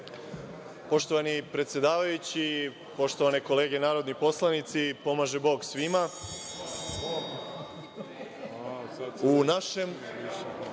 Poštovani predsedavajući, poštovane kolege narodi poslanici, pomaže Bog svima, u našem